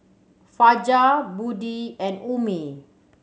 Fajar Budi and Ummi